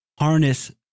harness